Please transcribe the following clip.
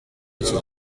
iki